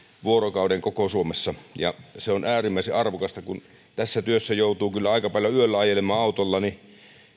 vuorokauden koko suomessa ja se on äärimmäisen arvokasta kun tässä työssä joutuu kyllä aika paljon yöllä ajelemaan autolla niin